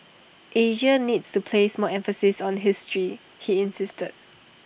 Asia needs to place more emphasis on history he insisted